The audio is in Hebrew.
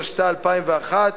התשס"א 2001,